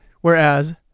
whereas